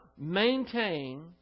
maintain